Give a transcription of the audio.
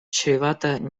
чревата